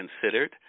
considered